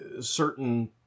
certain